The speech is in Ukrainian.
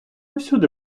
всюди